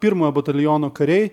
pirmojo bataliono kariai